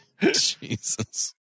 Jesus